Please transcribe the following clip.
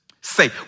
say